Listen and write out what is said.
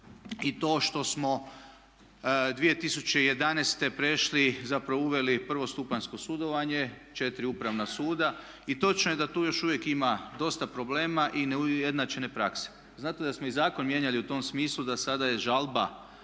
i to što smo 2011. prešli, zapravo uveli prvostupanjsko sudovanje, četiri upravna suda i točno je da tu još uvijek ima dosta problema i neujednačene prakse. Znate da smo i zakon mijenjali u tom smislu da sada je žalba